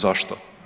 Zašto?